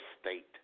state